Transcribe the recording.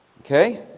Okay